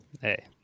hey